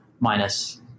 minus